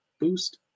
boost